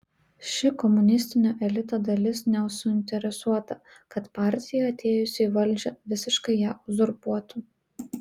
ši komunistinio elito dalis nesuinteresuota kad partija atėjusi į valdžią visiškai ją uzurpuotų